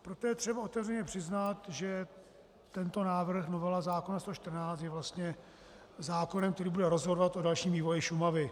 Proto je třeba otevřeně přiznat, že tento návrh, novela zákona 114, je vlastně zákonem, který bude rozhodovat o dalším vývoji Šumavy.